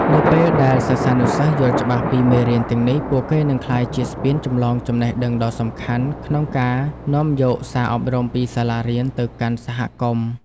នៅពេលដែលសិស្សានុសិស្សយល់ច្បាស់ពីមេរៀនទាំងនេះ ពួកគេនឹងក្លាយជាស្ពានចម្លងចំណេះដឹងដ៏សំខាន់ ក្នុងការនាំយកសារអប់រំពីសាលារៀនទៅកាន់សហគមន៍។